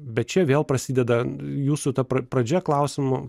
bet čia vėl prasideda jūsų ta pradžia klausimų